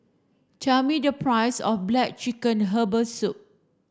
tell me the price of black chicken herbal soup